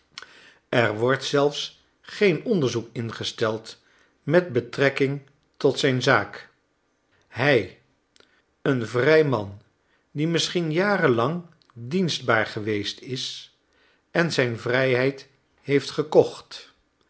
er wordt zelfs geen onderzoek ingesteld met betrekking tot zijn zaak hij een vrij man die misschien jaren lang dienstbaar geweest is en zijn vrijheid heeft gekocht